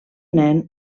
nen